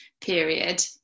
period